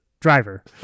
driver